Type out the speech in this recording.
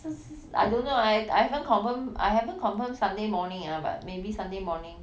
这是 I don't know ah I I haven't confirm I haven't confirm sunday morning ah but maybe sunday morning